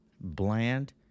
bland